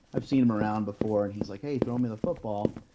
i've seen him around before and he's like, hey, throw me the football.